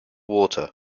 water